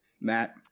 matt